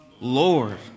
Lord